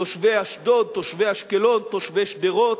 תושבי אשדוד, תושבי אשקלון, תושבי שדרות,